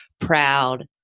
proud